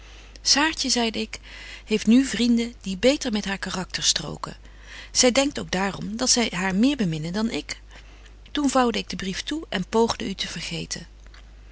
saartje zeide ik heeft nu vrienden die beter met haar karakter stroken zy denkt ook daarom dat zy haar meer beminnen dan ik toen vouwde ik den brief toe en poogde u te vergeten